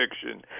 fiction